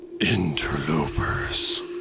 Interlopers